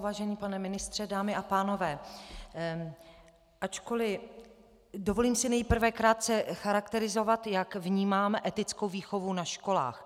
Vážený pane ministře, dámy a pánové, dovolím si nejprve krátce charakterizovat, jak vnímám etickou výchovu na školách.